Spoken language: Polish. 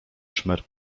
szmer